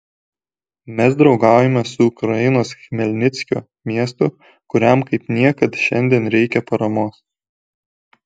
mes draugaujame su ukrainos chmelnickio miestu kuriam kaip niekad šiandien reikia paramos